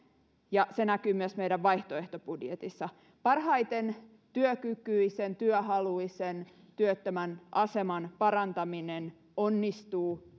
ja se näkyy myös meidän vaihtoehtobudjetissamme parhaiten työkykyisen työhaluisen työttömän aseman parantaminen onnistuu